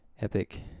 epic